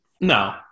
No